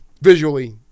Visually